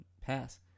pass